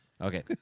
Okay